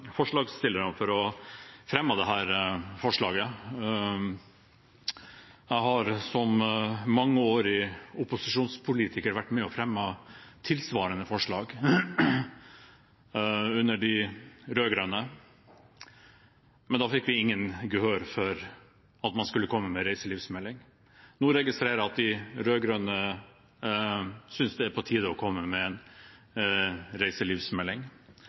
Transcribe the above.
forslagsstillerne for å ha fremmet dette forslaget. Jeg har som mangeårig opposisjonspolitiker vært med på å fremme tilsvarende forslag under de rød-grønne, men da fikk vi ikke noe gehør for at man skulle komme med en reiselivsmelding. Nå registrerer jeg at de rød-grønne synes det er på tide å komme med en reiselivsmelding.